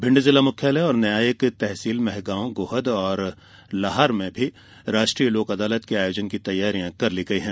भिंड जिला मुख्यालय और न्यायिक तहसील मेहगॉव गोहद और लाहार में राष्ट्रीय लोक अदालत के आयोजन की तैयारियां कर ली गई है